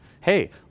Hey